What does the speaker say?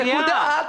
נקודה.